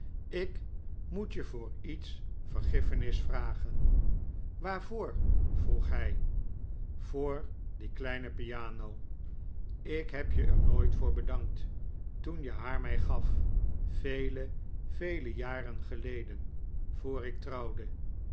ik moet je voor iets vergiffenis vragen waarvoor vroeg hij voor voor die kleine piano ik heb je er nooit voor bedankt toen je haar mij gaf vele vele jaren geleden voor ik trouwde